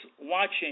watching